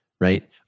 right